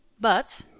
But